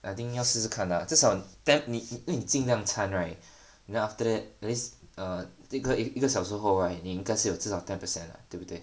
I think 要试试看 lah 至少 plan 你你应尽量掺 right then after that at least err 一个一个小时候 right 你应该至少有 ten percent 了对不对